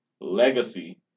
legacy